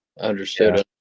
Understood